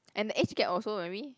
and the age gap also maybe